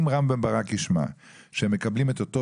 אם רם בן ברק ישמע שהם מקבלים את אותו